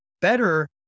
better